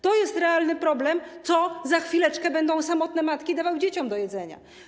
To jest realny problem: co za chwileczkę samotne matki będą dawały dzieciom do jedzenia.